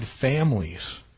families